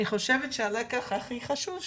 אני חושבת שהלקח הכי חשוב,